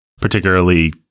particularly